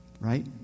right